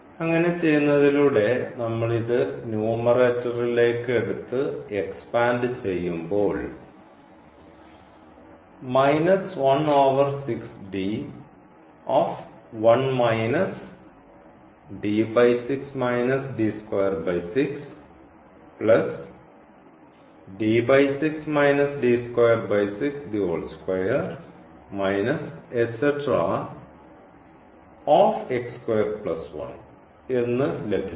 അങ്ങനെ ചെയ്യുന്നതിലൂടെ നമ്മൾ ഇത് ന്യൂമറേറ്ററിലേക്ക് എടുത്തു എക്സ്പാൻഡ് ചെയ്യുമ്പോൾ എന്നു ലഭിക്കുന്നു